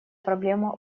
проблема